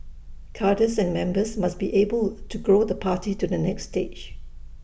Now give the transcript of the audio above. cadres and members must be able to grow the party to the next stage